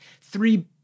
Three